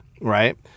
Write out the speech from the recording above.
Right